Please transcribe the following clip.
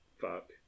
fuck